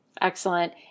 Excellent